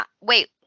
Wait